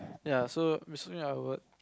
ya so which means I would